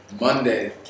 Monday